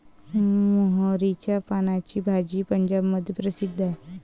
मोहरीच्या पानाची भाजी पंजाबमध्ये प्रसिद्ध आहे